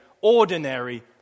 ordinary